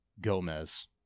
Gomez